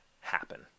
happen